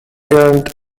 earned